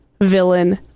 villain